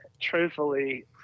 truthfully